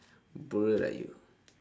poor lah you